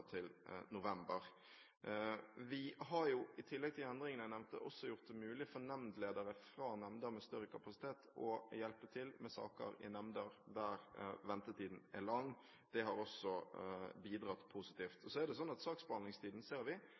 til november. Vi har i tillegg til endringene jeg nevnte, også gjort det mulig for nemndledere fra nemnder med større kapasitet å hjelpe til med saker i nemnder der ventetiden er lang. Det har også bidratt positivt. Saksbehandlingstiden ser vi